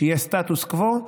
שיהיה סטטוס קוו,